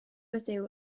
ydyw